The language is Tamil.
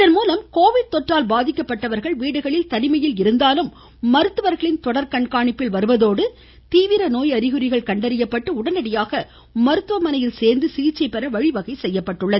இதன்மூலம் கோவிட் தொற்றால் பாதிக்கப்பட்டவர்கள் வீடுகளில் தனிமையில் இருந்தாலும் மருத்துவர்களின் தொடர் கண்காணிப்பில் வருவதோடு தீவிர நோய் அறிகுறிகள் கண்டறியப்பட்டு உடனடியாக மருத்துவமனையில் சேர்ந்து சிகிச்சை பெற வழிவகை செய்யப்பட்டுள்ளது